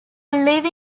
live